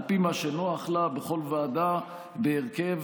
על פי מה שנוח לה בכל ועדה, בהרכב,